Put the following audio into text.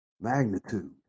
magnitude